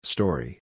Story